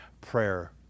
prayer